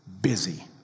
busy